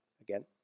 again